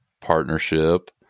partnership